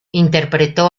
interpretó